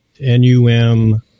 N-U-M